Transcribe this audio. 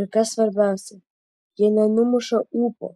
ir kas svarbiausia jie nenumuša ūpo